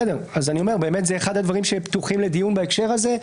באמת זה אחד הדברים שפתוחים לדיון בהקשר הזה.